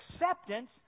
acceptance